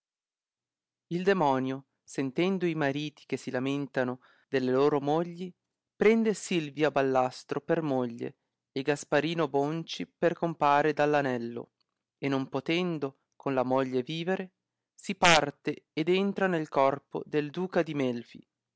il demonio sentendo i mariti che si lamentano delle loro mogli prende silvia balla stro per moglie e gasparino boncio per compare dall anello e non potendo con la moglie vivere si parte ed entra nel corpo del duca di melfi